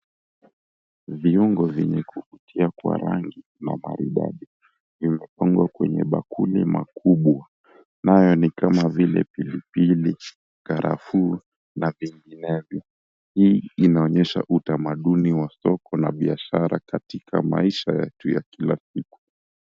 Viungo vyenye kuvutia kwa rangi na maridadi vimepangwa kwenye bakuli makubwa nayo ni kama vile pilipili, karafuu na vinginevyo. Hii inaonyesha utamaduni wa soko na biashara katika maisha yetu ya kila siku.